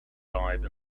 life